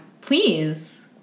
Please